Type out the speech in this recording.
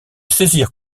saisir